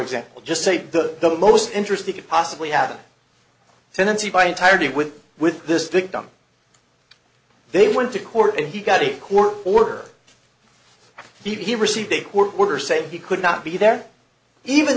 example just say that the most interesting could possibly happen since you buy entirety with with this victim they went to court and he got a court order he received a court order saying he could not be there even